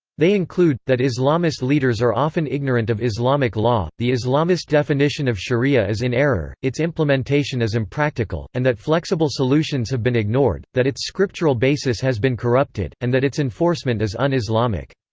they include that islamist leaders are often ignorant of islamic law, the islamist definition of sharia is in error, its implementation is impractical, and that flexible solutions have been ignored, that its scriptural basis has been corrupted, and that its enforcement is un-islamic.